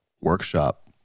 workshop